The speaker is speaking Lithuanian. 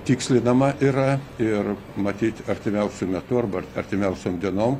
tikslinama yra ir matyt artimiausiu metu arba artimiausiom dienom